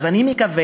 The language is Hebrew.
אז אני מקווה